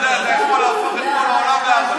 אתה יודע, אתה יכול להפוך את כל העולם בארבע דקות.